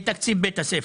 ישיבת ועדת הכספים.